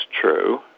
true